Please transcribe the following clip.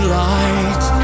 light